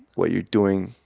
what you're doing,